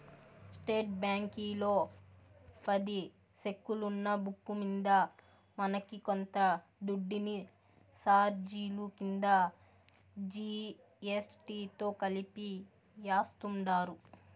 state బ్యాంకీలో పది సెక్కులున్న బుక్కు మింద మనకి కొంత దుడ్డుని సార్జిలు కింద జీ.ఎస్.టి తో కలిపి యాస్తుండారు